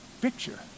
Picture